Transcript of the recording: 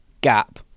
Gap